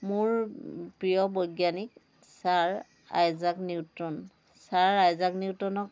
মোৰ প্ৰিয় বৈজ্ঞানিক sir Isaac Newton sir Isaac নিউটনক